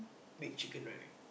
big chicken right